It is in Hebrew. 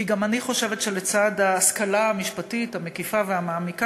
כי גם אני חושבת שלצד ההשכלה המשפטית המקיפה והמעמיקה